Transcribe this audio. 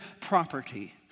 property